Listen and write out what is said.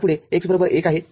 यापुढे x बरोबर १ आहे